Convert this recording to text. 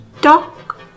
dock